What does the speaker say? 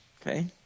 Okay